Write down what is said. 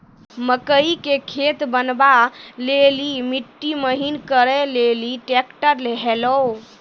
मकई के खेत बनवा ले ली मिट्टी महीन करे ले ली ट्रैक्टर ऐलो?